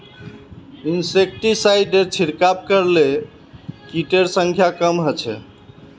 इंसेक्टिसाइडेर छिड़काव करले किटेर संख्या कम ह छ